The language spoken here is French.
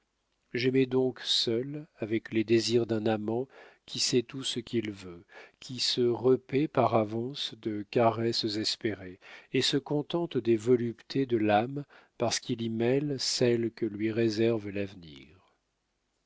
j'aimais donc seul avec les désirs d'un amour qui sait tout ce qu'il veut qui se repaît par avance de caresses espérées et se contente des voluptés de l'âme parce qu'il y mêle celles que lui réserve l'avenir